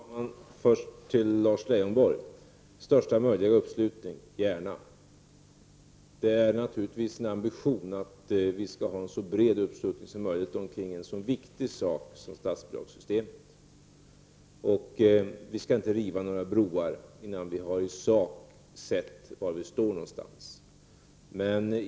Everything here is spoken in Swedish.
Herr talman! Först vill jag säga till Lars Leijonborg att vi gärna vill ha största möjliga uppslutning. Det är naturligtvis en ambition att vi skall ha en så bred uppslutning som möjligt omkring något så viktigt som statsbidragssystemet. Vi skall inte riva några broar innan vi i sak har sett var vi står.